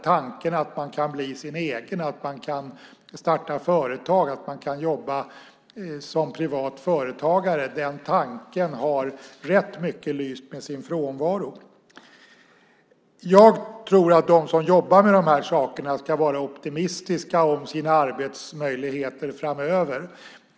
Tanken att man kan bli sin egen, att man kan starta företag och jobba som privat företagare har rätt mycket lyst med sin frånvaro. Jag tror att de som jobbar med de här sakerna ska vara optimistiska om sina arbetsmöjligheter framöver.